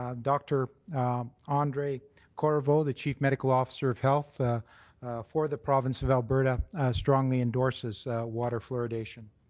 um doctor andre corriveau, the chief medical officer of health ah for the province of alberta strongly endorses water fluoridation.